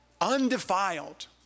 undefiled